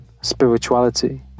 spirituality